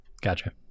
Gotcha